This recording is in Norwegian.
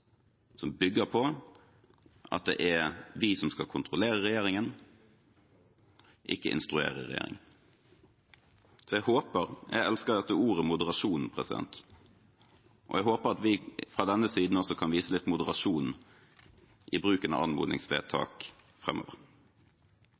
som bygger på at det er vi som skal kontrollere regjeringen – ikke instruere regjeringen. Jeg elsker ordet «moderasjon», og jeg håper at vi fra denne siden også kan vise litt moderasjon i bruken av